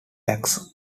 tax